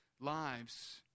lives